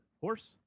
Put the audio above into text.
horse